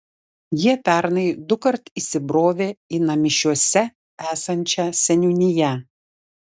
jie pernai dukart įsibrovė į namišiuose esančią seniūniją